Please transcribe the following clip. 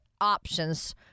options